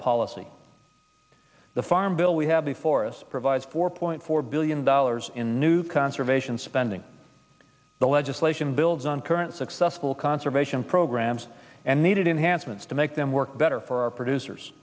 policy the farm bill we have before us provides four point four billion dollars in new conservation spending the legislation builds on current successful conservation programs and needed enhancements to make them work better for our producers